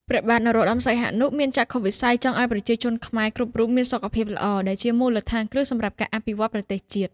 ព្រះបាទនរោត្តម សីហនុ មានចក្ខុវិស័យចង់ឱ្យប្រជាជនខ្មែរគ្រប់រូបមានសុខភាពល្អ ដែលជាមូលដ្ឋានគ្រឹះសម្រាប់ការអភិវឌ្ឍប្រទេសជាតិ។